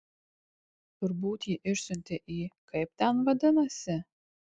turbūt jį išsiuntė į kaip ten vadinasi